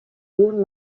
doen